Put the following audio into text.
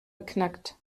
beknackt